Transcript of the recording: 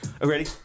ready